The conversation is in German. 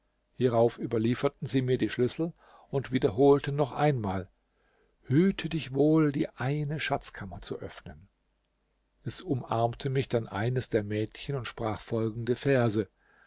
hierauf überlieferten sie mir die schlüssel und wiederholten noch einmal hüte dich wohl die eine schatzkammer zu öffnen es umarmte mich dann eines der mädchen und sprach folgende verse